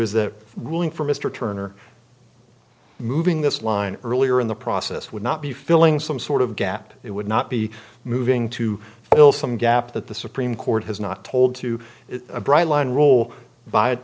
is that ruling for mr turner moving this line earlier in the process would not be filling some sort of gap it would not be moving to fill some gap that the supreme court has not told to a bright line rule by